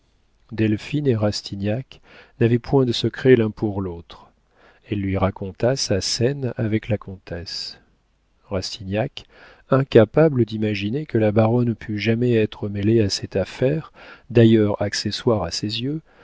delphine et rastignac n'avaient point de secrets l'un pour l'autre elle lui raconta sa scène avec la comtesse rastignac incapable d'imaginer que la baronne pût jamais être mêlée à cette affaire d'ailleurs accessoire à ses yeux